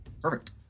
perfect